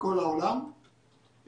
לעשות את כל התקשור מול קופות החולים,